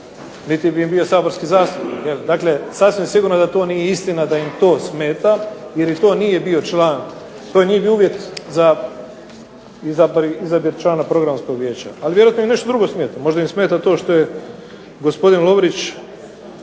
niti bi im bio saborski zastupnik, sasvim sigurno da im to ne smeta jer i to nije bio uvjet za izabir člana Programskog vijeća. A vjerojatno im nešto drugo smeta, možda im smeta to što je gospodin Lovrić